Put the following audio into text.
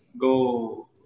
go